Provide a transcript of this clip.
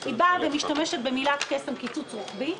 היא משתמשת במילת קסם: קיצוץ רוחבי,